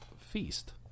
feast